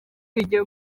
bijya